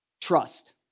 Trust